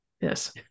yes